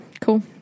Cool